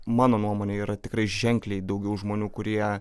mano nuomone yra tikrai ženkliai daugiau žmonių kurie